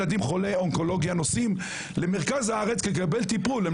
ילדים חולי אונקולוגיה נוסעים למרכז הארץ לקבל טיפול,